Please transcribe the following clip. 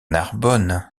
narbonne